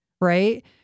Right